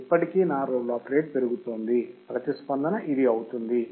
ఇప్పటికీ నా roll off rate పెరుగుతోంది ప్రతిస్పందన ఇది అవుతుంది